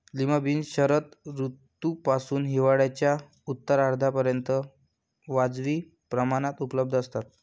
lima beans शरद ऋतूपासून हिवाळ्याच्या उत्तरार्धापर्यंत वाजवी प्रमाणात उपलब्ध असतात